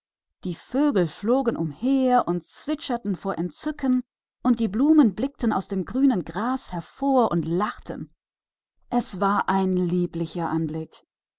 die vögel flogen umher und zwitscherten vor entzücken und die blumen guckten aus dem grünen gras hervor und lachten es war entzückend